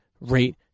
rate